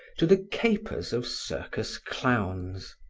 to the capers of circus clowns.